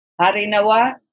Harinawa